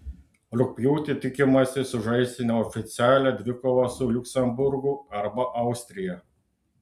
rugpjūtį tikimasi sužaisti neoficialią dvikovą su liuksemburgu arba austrija